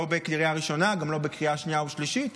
לא בקריאה ראשונה וגם לא בקריאה שנייה ושלישית.